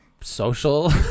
social